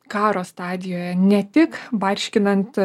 karo stadijoje ne tik barškinant